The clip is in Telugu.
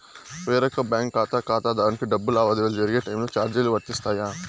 వేరొక బ్యాంకు ఖాతా ఖాతాదారునికి డబ్బు లావాదేవీలు జరిగే టైములో చార్జీలు వర్తిస్తాయా?